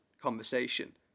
conversation